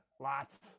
lots